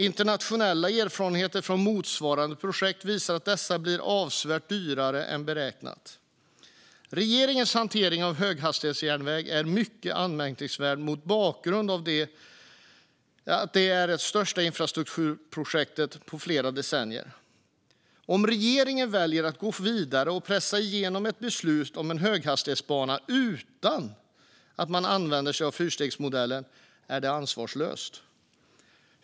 Internationella erfarenheter från motsvarande projekt visar att dessa blir avsevärt dyrare än beräknat. Regeringens hantering av höghastighetsjärnväg är mycket anmärkningsvärd mot bakgrund av att det är det största infrastrukturprojektet på flera decennier. Det är ansvarslöst om regeringen väljer att gå vidare och pressa igenom ett beslut om en höghastighetsbana utan att man använder sig av fyrstegsmodellen.